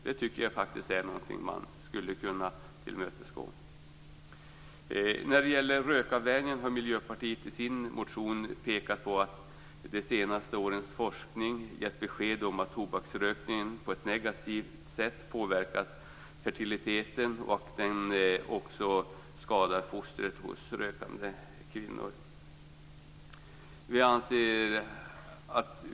Det tycker jag faktiskt är någonting som man skulle kunna tillmötesgå. När det gäller rökavvänjningen har Miljöpartiet i sin motion pekat på att de senaste årens forskning gett besked om att tobaksrökning på ett negativt sätt påverkar fertiliteten och att den också skadar fostret hos rökande kvinnor.